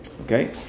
Okay